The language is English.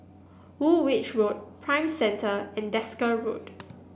Woolwich Road Prime Centre and Desker Road